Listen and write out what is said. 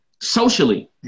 socially